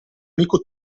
amico